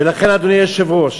ולכן, אדוני היושב-ראש,